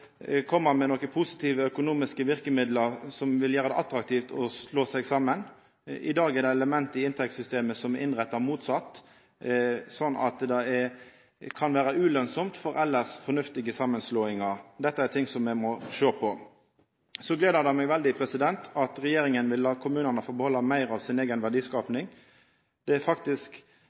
med nokre positive økonomiske verkemidlar som vil gjera det attraktivt å slå seg saman. I dag er det element i inntektssystemet som er innretta motsett, slik at det kan vera ulønsamt med elles fornuftige samanslåingar. Dette er ting me må sjå på. Så gleder det meg veldig at regjeringa vil la kommunane få behalda meir av si eiga verdiskaping. Det er faktisk